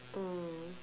mm